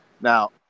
Now